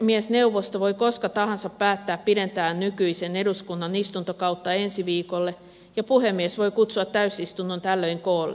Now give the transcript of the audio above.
puhemiesneuvosto voi koska tahansa päättää pidentää nykyisen eduskunnan istuntokautta ensi viikolle ja puhemies voi kutsua täysistunnon tällöin koolle